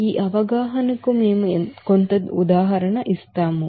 ఈ అవగాహనకు మేము కొంత ఉదాహరణ చేస్తాము